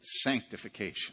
sanctification